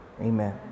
amen